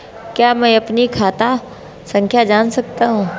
क्या मैं अपनी खाता संख्या जान सकता हूँ?